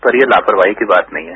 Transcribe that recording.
पर ये लापरवाही की बात नहीं है